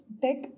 tech